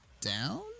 down